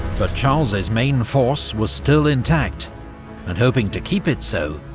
but charles's main force was still intact and hoping to keep it so,